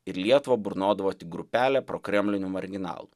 ir lietuvą burnodavo tik grupelė prokremlinių marginalų